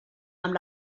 amb